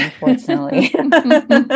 Unfortunately